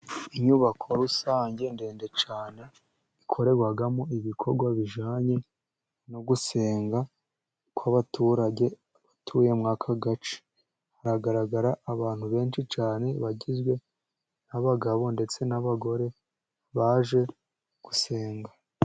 Inyubako rusange ndende cyane, ikorerwamo ibikorwa bijyanye no gusenga kw'abaturage batuye muri aka gace. Haragaragara abantu benshi cyane bagizwe n'abagabo, ndetse n'abagore baje gusenga.